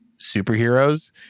superheroes